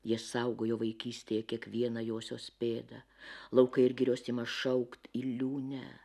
jie saugojo vaikystėj kiekvieną josios pėdą laukai ir girios ima šaukti iliūne